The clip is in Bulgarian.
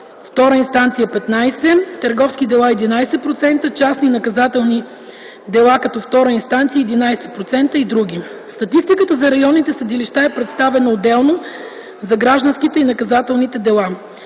II инстанция – 15%, търговски дела – 11%, частни наказателни дела II инстанция – 11% и др. Статистиката за районните съдилища е представена отделно за гражданските и наказателни дела.